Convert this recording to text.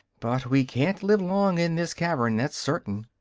but we can't live long in this cavern, that's certain.